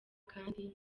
kandi